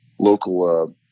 local